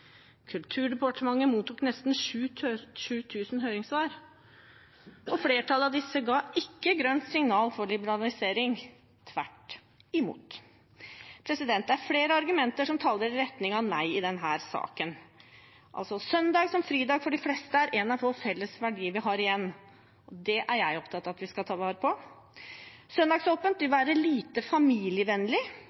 Kulturdepartementet mottok nesten 7 000 høringssvar. Flertallet av disse ga ikke grønt signal for liberalisering – tvert imot. Det er flere argumenter som taler i retning av nei i denne saken: Søndag som fridag for de fleste er en av få felles verdier vi har igjen. Det er jeg opptatt av at vi skal ta vare på. Søndagsåpent vil være lite familievennlig,